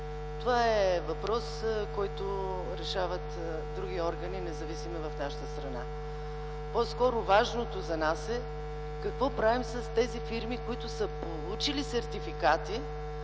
Това е въпрос, който решават други органи, независими в нашата страна. По-скоро важното за нас е какво правим с тези фирми, които са получили сертификати